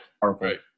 Perfect